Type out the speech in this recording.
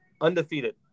undefeated